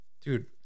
dude